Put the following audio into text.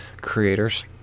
creators